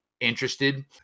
interested